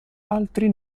altri